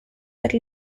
per